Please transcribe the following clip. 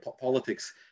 politics